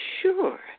Sure